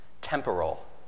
Temporal